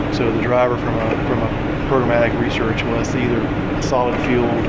driver from a programmatic research was solid fuel